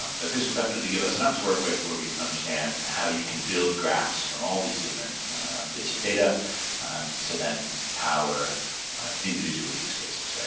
um but this will definitely give us enough to work with where we can understand how you can build graphs from all these different bits of data to then power individual use cases, right?